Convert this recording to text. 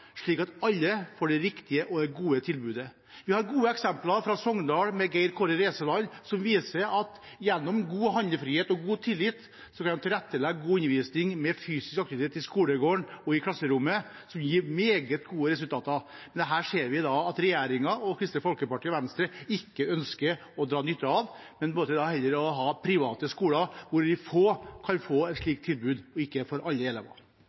slik at alle får det riktige og gode tilbudet. Vi har gode eksempler fra Sogndal, med Geir Kåre Resaland, som viser at de gjennom god handlefrihet og god tillit vil tilrettelegge god undervisning med fysisk aktivitet i skolegården og i klasserommet, noe som gir meget gode resultater. Dette ser vi at regjeringen, med Kristelig Folkeparti og Venstre, ikke ønsker å dra nytte av, men heller velger å ha private skoler hvor de få kan få et slikt tilbud, og ikke alle